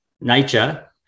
nature